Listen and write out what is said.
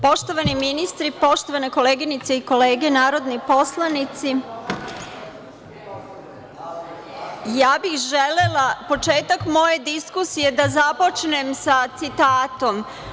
Poštovani ministri, poštovane koleginice i kolege narodni poslanici, ja bih želela početak moje diskusije da započnem sa citatom.